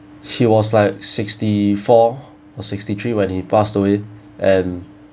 he was like sixty four or sixty three when he passed away and